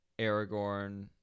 Aragorn